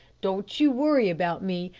don't you worry about me.